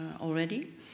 already